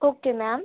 okay ma'am